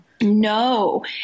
No